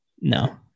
no